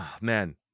Man